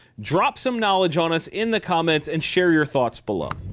drop some knowledge on us in the comments and share your thoughts below.